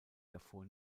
davor